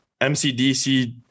MCDC